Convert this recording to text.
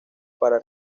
para